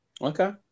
Okay